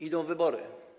Idą wybory.